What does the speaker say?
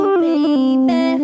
baby